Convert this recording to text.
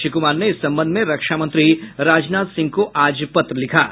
श्री कुमार ने इस संबंध में रक्षा मंत्री राजनाथ सिंह को आज पत्र लिखा है